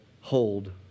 hold